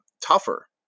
tougher